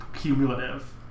cumulative